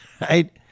Right